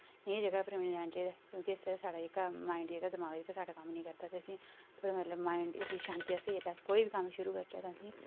नेहियें जगहें पर बी नेईं लैना चाहिदा क्योंकि जित्थै साढ़ा जेह्का माइंड जेह्का दिमाग साढ़ा कम्म नेईं करदा ते असे ईं थोह्ड़ा मतलब माइंड दी शांति आस्तै जेह्का अस कोई बी कम्म शुरू करचै तां असें ई